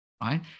right